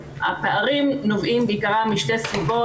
הפערים נובעים בעיקרם משתי סיבות,